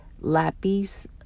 lapis